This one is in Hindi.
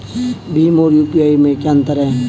भीम और यू.पी.आई में क्या अंतर है?